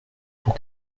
pour